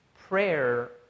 Prayer